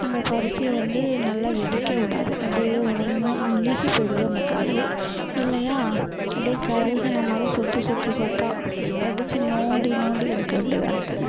அந்த பருத்தியை வந்து நல்லா வெடிக்க விடாது அப்படியே ஒன்று அழுகி போயிடுது அந்த காய் இல்லையா அப்படியே கருகின மாதிரி சொத்து சொத்து சொத்தா எப்போ அடித்து நோண்டி நோண்டி எடுக்க வேண்டியதாக இருக்குது